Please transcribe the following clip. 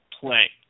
play